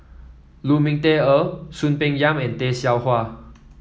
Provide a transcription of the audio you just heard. Lu Ming Teh Earl Soon Peng Yam and Tay Seow Huah